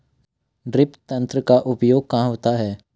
Drip तंत्र का उपयोग कहाँ होता है?